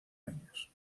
años